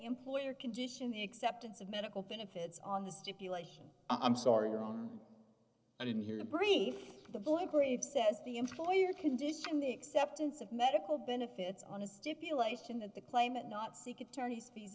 employer condition the acceptance of medical benefits on the stipulation i'm sorry around and in here brief the void grave says the employer condition the acceptance of medical benefits on a stipulation that the claimant not seek attorney's fee